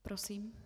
Prosím.